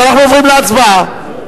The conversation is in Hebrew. אנחנו עוברים להצבעה.